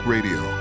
Radio